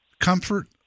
comfort